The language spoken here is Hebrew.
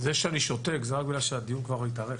זה שאני שותק זה רק בגלל שהדיון כבר התארך.